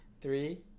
three